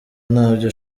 ntabyo